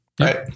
Right